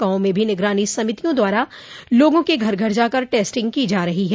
गांवों में भी निगरानी समितियों द्वारा लोगों के घर घर जाकर टेस्टिंग की जा रही है